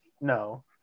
no